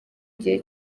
gihe